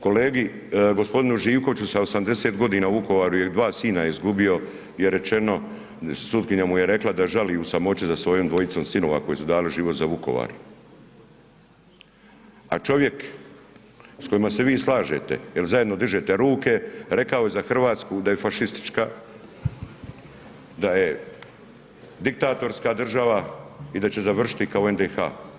Kolegi gospodinu Živkoviću sa 80 godina u Vukovaru je, 2 sina je izgubio, je rečeno, sutkinja mu je rekla da žali u samoći za svojom dvojicom sinova koji su dali život za Vukovar, a čovjek s kojima se vi slažete jer zajedno dižete ruke rekao je za Hrvatsku da je fašistička, da je diktatorska država i da će završiti kao NDH.